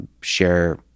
share